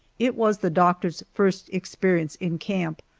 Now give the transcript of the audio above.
it was the doctor's first experience in camp,